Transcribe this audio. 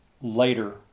later